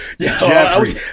Jeffrey